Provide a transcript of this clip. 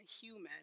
human